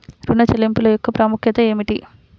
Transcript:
ఋణ చెల్లింపుల యొక్క ప్రాముఖ్యత ఏమిటీ?